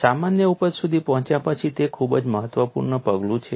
સામાન્ય ઉપજ સુધી પહોંચ્યા પછી તે ખૂબ જ મહત્વપૂર્ણ પગલું છે